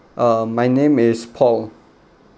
um my name is paul